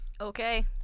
okay